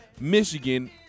Michigan